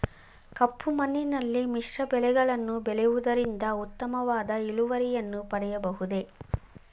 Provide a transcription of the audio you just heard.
ಕಪ್ಪು ಮಣ್ಣಿನಲ್ಲಿ ಮಿಶ್ರ ಬೆಳೆಗಳನ್ನು ಬೆಳೆಯುವುದರಿಂದ ಉತ್ತಮವಾದ ಇಳುವರಿಯನ್ನು ಪಡೆಯಬಹುದೇ?